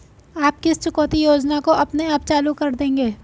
आप किस चुकौती योजना को अपने आप चालू कर देंगे?